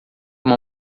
uma